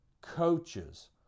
coaches